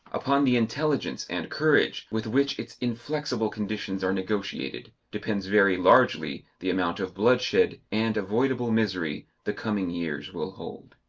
upon the intelligence and courage with which its inflexible conditions are negotiated, depends very largely the amount of bloodshed and avoidable misery the coming years will hold.